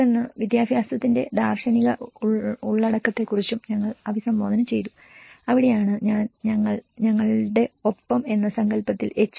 തുടർന്ന് വിദ്യാഭ്യാസത്തിന്റെ ദാർശനിക ഉള്ളടക്കത്തെക്കുറിച്ചും ഞങ്ങൾ അഭിസംബോധന ചെയ്തു അവിടെയാണ് ഞാൻ ഞങ്ങൾ ഞങ്ങളുടെ ഒപ്പം എന്ന സങ്കൽപ്പത്തിൽ എച്ച്